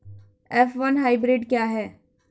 F one hybrid क्या है?